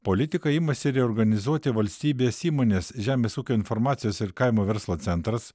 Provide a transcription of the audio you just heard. politikai imasi reorganizuoti valstybės įmones žemės ūkio informacijos ir kaimo verslo centras